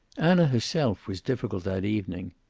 anna herself was difficult that evening.